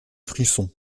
frissons